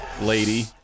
lady